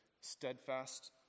steadfast